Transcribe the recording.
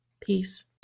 Peace